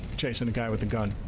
jason got with the gun